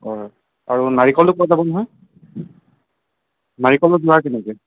হয় আৰু নাৰিকলো পোৱা যাব নহয় নাৰিকলৰ যোৰা কেনেকৈ